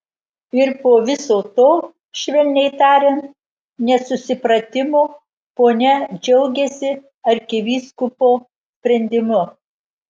ir po viso to švelniai tariant nesusipratimo ponia džiaugiasi arkivyskupo sprendimu